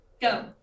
Go